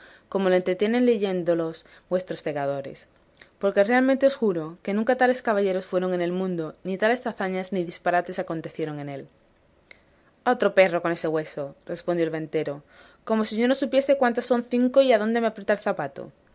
como lo entretienen leyéndolos vuestros segadores porque realmente os juro que nunca tales caballeros fueron en el mundo ni tales hazañas ni disparates acontecieron en él a otro perro con ese hueso respondió el ventero como si yo no supiese cuántas son cinco y adónde me aprieta el zapato